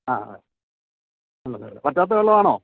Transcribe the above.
ആ അതെ ഉണ്ടല്ലോ അല്ലെ വറ്റാത്ത വെള്ളമാണോ